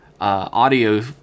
audio